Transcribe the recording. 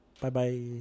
Bye-bye